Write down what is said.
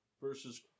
versus